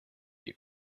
die